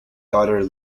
daughter